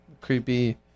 Creepy